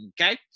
Okay